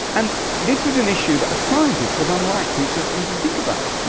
and this was an issue that a scientist was unlikely to even think about,